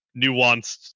nuanced